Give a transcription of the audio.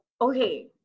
Okay